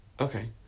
Okay